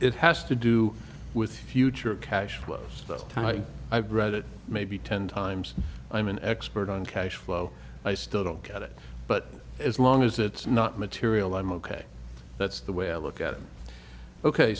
it has to do with future cash flows the type i've read it maybe ten times i'm an expert on cash flow i still don't get it but as long as it's not material i'm ok that's the way i look at it ok